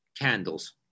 Candles